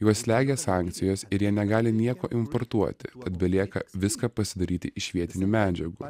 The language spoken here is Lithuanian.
juos slegia sankcijos ir jie negali nieko importuoti tad belieka viską pasidaryti iš vietinių medžiagų